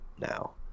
now